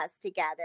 together